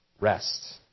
rest